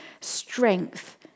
strength